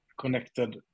connected